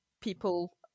people